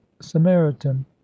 samaritan